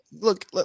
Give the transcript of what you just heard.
look